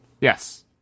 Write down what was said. Yes